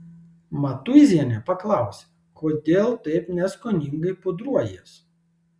matuizienė paklausė kodėl taip neskoningai pudruojies